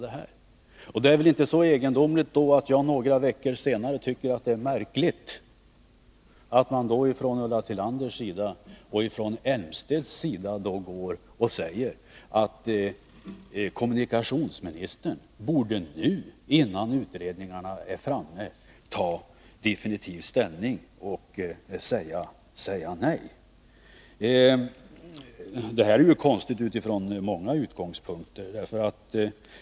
Då är det väl inte så egendomligt att jag några veckor senare tycker det är märkligt att Ulla Tillander och Claes Elmstedt säger att kommunikationsministern nu, innan utredningarna är klara, borde ta definitiv ställning och säga nej. Det är ett konstigt agerande utifrån många utgångspunkter.